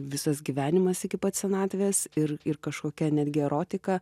visas gyvenimas iki pat senatvės ir ir kažkokia netgi erotika